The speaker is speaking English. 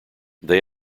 they